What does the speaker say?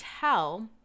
tell